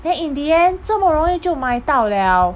then in the end 这么容易就买到了